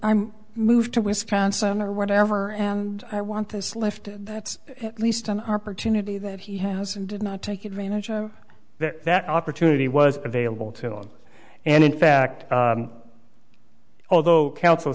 moved to wisconsin or whatever and i want this lift that's at least an opportunity that he has and did not take advantage of that that opportunity was available to him and in fact although counsel